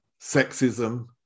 sexism